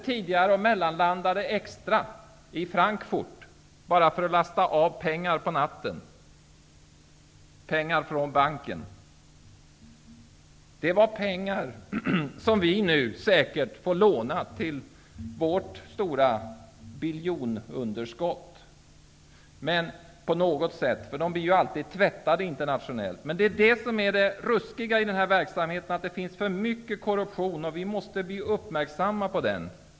Tidigare mellanlandade man i Frankfurt på natten bara för att lasta av pengar från banken. Det var pengar som vi nu säkert får låna till vårt stora biljonunderskott -- dessa pengar blir alltid tvättade internationellt. Det ruskiga i den här verksamheten är att det finns för mycket korruption, och vi måste bli uppmärksamma på den.